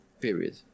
Period